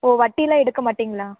ஓ வட்டிலாம் எடுக்கமாட்டிங்களா